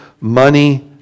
money